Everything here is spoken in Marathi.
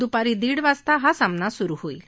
दुपारी दीड वाजता हा सामना सुरु होईल